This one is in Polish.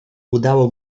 udało